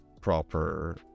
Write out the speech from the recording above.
proper